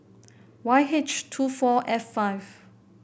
Y H two four F five